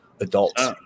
adults